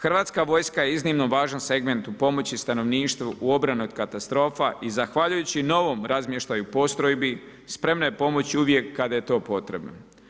Hrvatska vojska je iznimno važan segment u pomoći stanovništvu u obrani od katastrofa i zahvaljujući novom razmještaju postrojbi, spremna je pomoći uvijek kada je to potrebno.